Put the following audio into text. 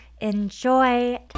enjoy